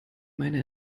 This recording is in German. meine